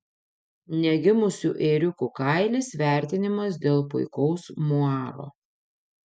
negimusių ėriukų kailis vertinamas dėl puikaus muaro